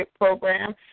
program